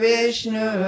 Vishnu